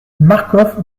marcof